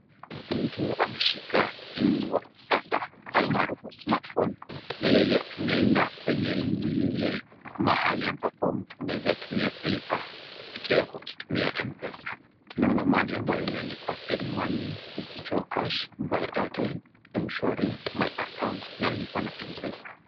Mtu ameshika simu wa kisasa, almarufu smartphone na yeye ameenda kwenye lile mahali ambapo mtu unaeza tumia kulipa vitu yako ukitumia Mpesa, tunaona mahali imeandikwa send money, withdraw cash, buy airtime, Mshwari, my account na lipa na Mpesa.